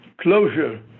closure